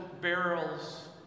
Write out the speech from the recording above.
barrels